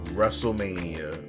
Wrestlemania